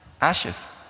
Ashes